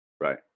Right